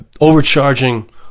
overcharging